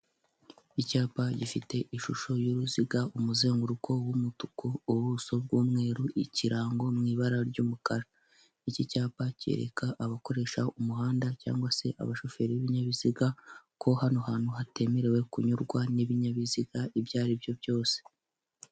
Icyapa gifite ishusho y'uruziga, umuzenguruko w'umutuku, ubuso bw'umweru, ikirango mu ibara ry'umukara, iki cyapa cyereka abakoresha umuhanda cg se abashoferi b'ibinyabiziga ko hano hantu hatemerewe kunyurwa n'ibinyabiziga ibyo aribyo byose.